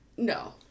No